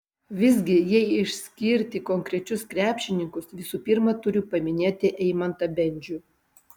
visgi jei išskirti konkrečius krepšininkus visų pirma turiu paminėti eimantą bendžių